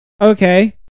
okay